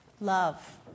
love